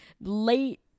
late